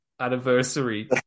anniversary